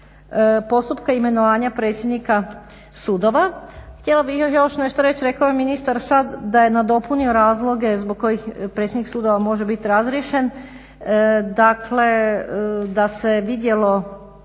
postupka imenovanja predsjednika sudova htjela bih još nešto reći, rekao je ministar sad da je nadopunio razloge zbog kojih predsjednik sudova može biti razriješen. Dakle, da se vidjelo